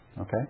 Okay